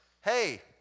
hey